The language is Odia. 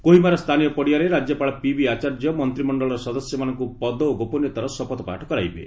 କୋହିମାର ସ୍ଥାନୀୟ ପଡ଼ିଆରେ ରାଜ୍ୟପାଳ ପି ବି ଆଚାର୍ଯ୍ୟ ମନ୍ତ୍ରିମଣ୍ଡଳର ସଦସ୍ୟମାନଙ୍କୁ ପଦ ଓ ଗୋପନୀୟତାର ଶପଥପାଠ କରାଇବେ